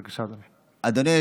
בבקשה, אדוני.